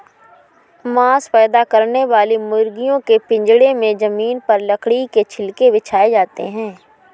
मांस पैदा करने वाली मुर्गियों के पिजड़े में जमीन पर लकड़ी के छिलके बिछाए जाते है